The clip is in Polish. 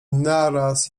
naraz